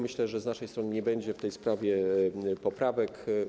Myślę, że z naszej strony nie będzie w tej sprawie poprawek.